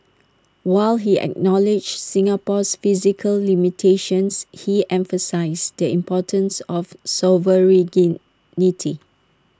while he acknowledged Singapore's physical limitations he emphasised the importance of sovereignty